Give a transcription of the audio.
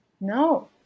No